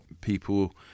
people